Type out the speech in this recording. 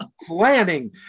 Planning